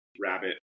rabbit